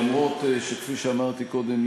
אף-על-פי שכפי שאמרתי קודם,